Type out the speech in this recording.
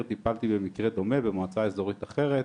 טיפלתי במקרה דומה במועצה איזורית אחרת,